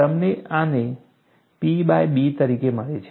તમને આને P by B તરીકે મળે છે